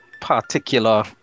particular